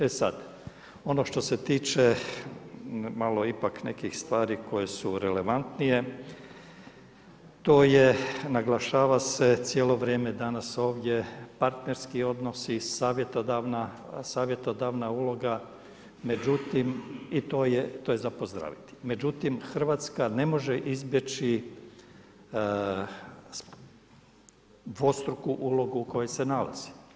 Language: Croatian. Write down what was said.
E sad, ono što se tiče malo ipak nekih stvari koje su relevantnije, to je naglašava se cijelo vrijeme danas ovdje partnerski odnosi, savjetodavna uloga, i to je za pozdraviti međutim, Hrvatska ne može izbjeći dvostruku ulogu u kojoj se nalazi.